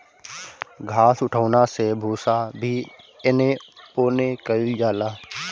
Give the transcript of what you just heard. घास उठौना से भूसा भी एने ओने कइल जाला